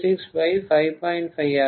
5 ஆக இருக்கும்